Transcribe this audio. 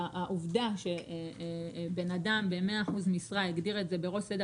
העובדה שבן אדם ב-100% משרה הגדיר את זה בראש סדר